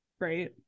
right